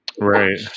Right